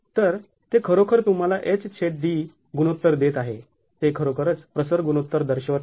तर ते खरोखर तुम्हाला hd गुणोत्तर देत आहे ते खरोखरच प्रसर गुणोत्तर दर्शवत आहे